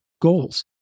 goals